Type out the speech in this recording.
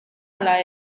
ala